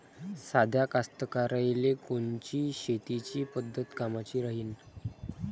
साध्या कास्तकाराइले कोनची शेतीची पद्धत कामाची राहीन?